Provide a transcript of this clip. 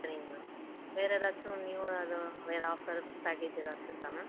சரிங்க மேம் வேறு ஏதாச்சும் நியூவாக எதுவும் வேறு ஆஃபர் எதுவும் பேக்கேஜ் ஏதாச்சும் இருக்கா மேம்